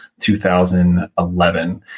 2011